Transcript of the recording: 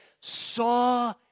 saw